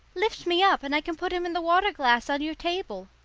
lift me up, and i can put him in the waterglass on your table.